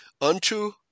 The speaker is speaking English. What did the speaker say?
unto